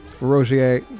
Rosier